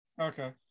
okay